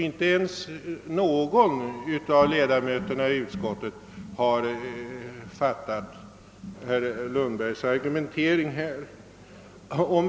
Inte en enda av utskottens ledamöter har alltså fattat herr Lundbergs argumentering.